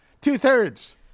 Two-thirds